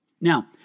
Now